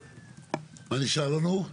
מה נשאר לנו?